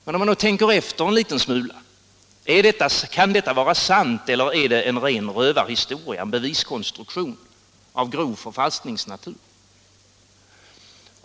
Men låt oss tänka efter en liten smula: Kan detta vara sant, eller är det en ren rövarhistoria, en beviskonstruktion av grov förfalskningsnatur?